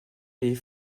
les